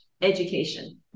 education